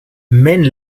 mène